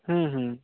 हूँ हूँ